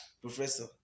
Professor